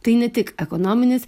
tai ne tik ekonominis